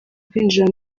kwinjira